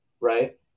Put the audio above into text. right